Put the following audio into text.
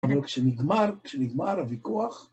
כשנגמר, כשנגמר הוויכוח...